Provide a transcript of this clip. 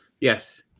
Yes